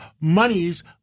monies